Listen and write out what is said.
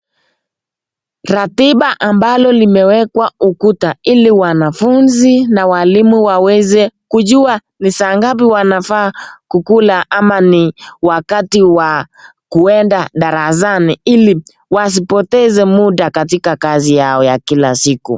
Ratiba ambalo limewekwa ukuta, ili wanafunzi na walimu waweze kujua ni saa ngapi wanafaa kukula ama niwakati wa kuenda darasani, ili wasipoteze muda katika kazi yao ya kila usiku.